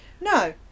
No